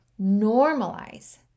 normalize